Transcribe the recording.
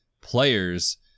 players